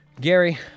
Gary